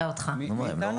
ואת מכירה את זה מקרוב גם,